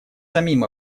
самим